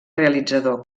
realitzador